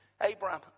Abraham